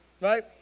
Right